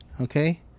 Okay